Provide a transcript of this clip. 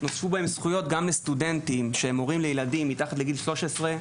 נוספו בהם זכויות גם לסטודנטים שהם הורים לילדים מתחת לגיל 13,